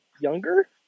Younger